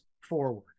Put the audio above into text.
forward